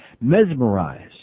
mesmerized